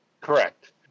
Correct